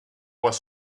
was